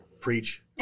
preach